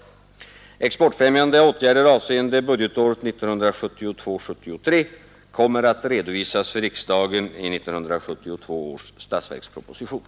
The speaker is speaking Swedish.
Exportfrämjande åtgärder avseende budgetåret 1972/73 kommer att redovisas för riksdagen i 1972 års statsverksproposition.